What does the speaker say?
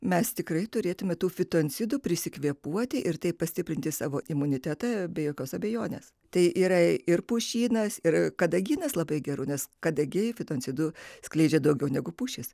mes tikrai turėtumėme tų fitoncidų prisikvėpuoti ir taip pastiprinti savo imunitetą be jokios abejonės tai yra ir pušynas ir kadagynas labai gerai nes kadagiai fitoncidų skleidžia daugiau negu pušys